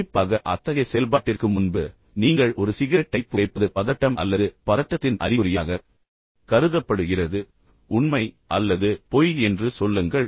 எனவே குறிப்பாக அத்தகைய செயல்பாட்டிற்கு முன்பு நீங்கள் ஒரு சிகரெட்டை புகைப்பது பதட்டம் அல்லது பதட்டத்தின் அறிகுறியாகக் கருதப்படுகிறது உண்மை அல்லது பொய் என்று சொல்லுங்கள்